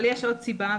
אבל יש עוד סיבה,